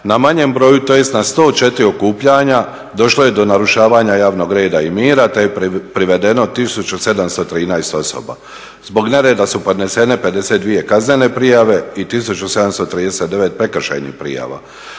Na manjem broju, tj. na 104 okupljanja došlo je do narušavanja javnog reda i mira, te je privedeno 1713 osoba. Zbog nereda su podnesene 52 kaznene prijave i 1739 prekršajnih prijava.